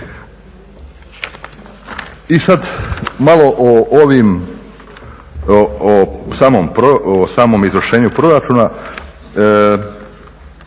I sad malo o ovim, o samom izvršenju proračuna.